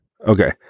Okay